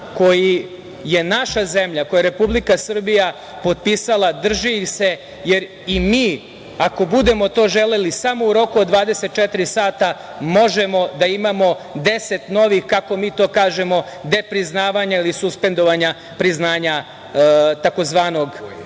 koji je naša zemlja, koji je Republika Srbija potpisala i drži ih se, jer i mi, ako budemo to želeli, samo u roku od 24 sata možemo da imamo 10 novih, kako mi to kažemo, depriznavanja ili suspendovanja priznanja tzv.